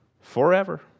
forever